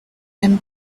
him